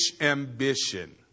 ambition